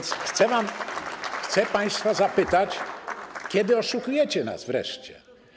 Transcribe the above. Chcę więc państwa zapytać: Kiedy oszukujecie nas wreszcie?